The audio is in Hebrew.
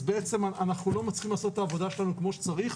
אנחנו לא מצליחים לעשות את העבודה שלנו כמו שצריך.